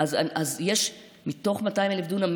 מתוך 200,000 דונם,